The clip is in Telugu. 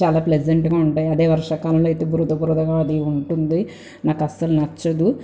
చాల ప్లెజంట్గా ఉంటాయి అదే వర్షాకాలంలో అయితే బురద బురదగా అది ఉంటుంది నాకు అసలు నచ్చదు